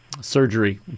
surgery